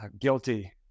Guilty